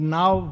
Now